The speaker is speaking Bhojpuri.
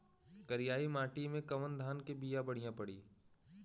करियाई माटी मे कवन धान के बिया बढ़ियां पड़ी?